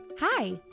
Hi